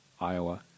Iowa